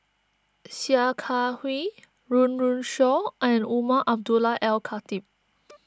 Sia Kah Hui Run Run Shaw and Umar Abdullah Al Khatib